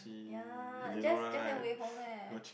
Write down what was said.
ya Jess Jess and Wei-Hong eh